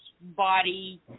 body